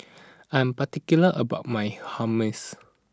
I'm particular about my Hummus